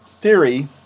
theory